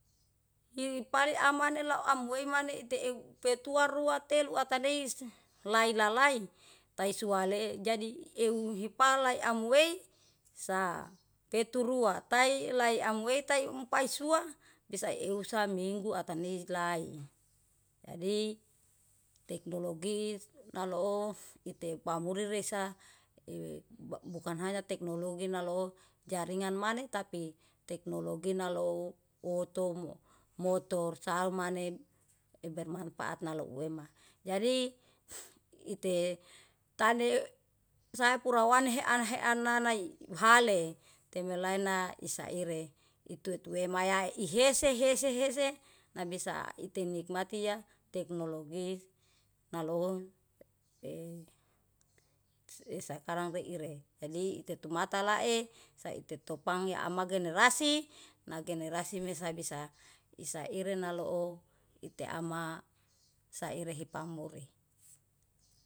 I pali amane lao amwei maneh iteb peitua rua telu ataneis, lae lalai tai sua le jadi euw hipalae amwei sa, teturua tae lae amwei taem paisua bisa euw saminggu ata ni lae. Jadi tekonologi loo ite pamuriresa i bukan hanya teknologi nalo jaringan maneh tapi teknologi nalo otomo, motor, sal maneh ebermanpaat naloo ema. Jadi ite tane sapura wanhe anahe ana nai uhale, temelae na isare itu tuemayae ihese hese hese nabisa ite nikmati ya teknologi naloun e sakarang reire jadi itetumata lae saite tupang ya ama generasi na generasi mesa bisa saire naloo ite ama saire himpamuri.